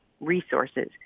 resources